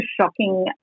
shocking